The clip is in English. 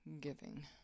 giving